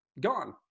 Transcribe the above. gone